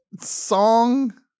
song